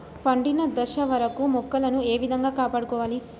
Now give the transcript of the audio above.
పండిన దశ వరకు మొక్కలను ఏ విధంగా కాపాడుకోవాలి?